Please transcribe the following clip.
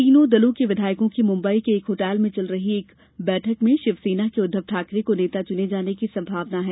तीनों दलों के विधायकों की मुम्बई के एक होटल में चल रही एक बैठक में शिवसेना के उद्वव ठाकरे को नेता चुने जाने की संभावना है